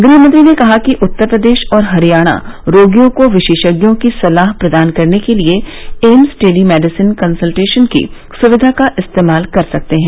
गृह मंत्री ने कहा कि उत्तर प्रदेश और हरियाणा रोगियों को विशेषज्ञों की सलाह प्रदान करने के लिए एम्स टेली मेडिसिन कंसल्टेशन की सुविधा का इस्तेमाल कर सकते हैं